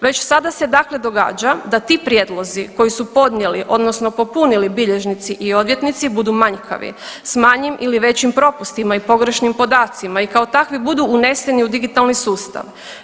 Već sada se dakle događa da ti prijedlozi koji su podnijeli, odnosno popunili bilježnici i odvjetnici budu manjkavi s manjim ili većim propustima i pogrešnim podacima i kao takvi budu uneseni u digitalni sustav.